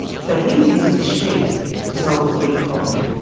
so he's using sheep to solve his wheat problem.